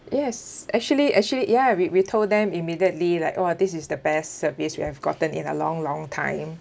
yes actually actually ya we we told them immediately like !wah! this is the best service we have gotten in a long long time